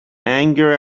anger